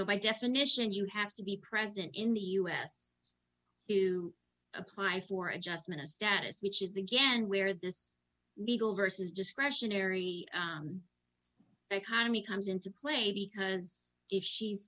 know by definition you have to be present in the u s to apply for adjustment of status which is again where this legal versus discretionary economy comes into play because if she's